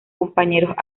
compañeros